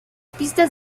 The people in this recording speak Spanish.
pistas